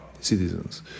citizens